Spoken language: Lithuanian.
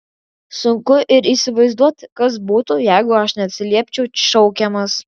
sunku ir įsivaizduoti kas būtų jeigu aš neatsiliepčiau šaukiamas